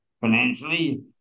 financially